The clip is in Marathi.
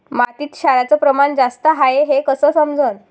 मातीत क्षाराचं प्रमान जास्त हाये हे कस समजन?